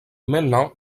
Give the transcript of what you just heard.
maintenant